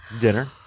dinner